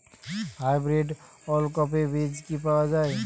Hybrid ওলকফি বীজ কি পাওয়া য়ায়?